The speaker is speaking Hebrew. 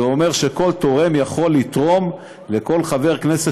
זה אומר שכל תורם יכול לתרום לכל חבר כנסת